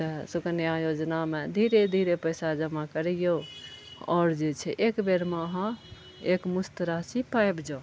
तऽ शुकन्या योजनामे धीरे धीरे पैसा जमा करियौ आओर जे छै एक बेरमे अहाँ एक मुश्त राशि पाबि जाउ